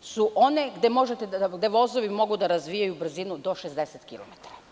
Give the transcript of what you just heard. su one gde vozovi mogu da razvijaju brzinu do 60 kilometara.